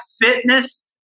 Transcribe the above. fitness